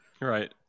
Right